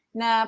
na